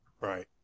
right